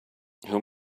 whom